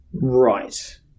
Right